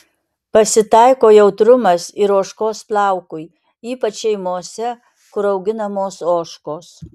pasitaiko jautrumas ir ožkos plaukui ypač šeimose kur auginamos ožkos